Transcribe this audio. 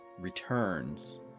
Returns